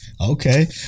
Okay